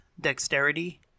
dexterity